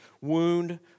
wound